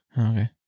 Okay